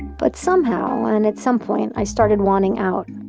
but somehow, and at some point, i started wanting out.